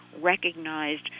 recognized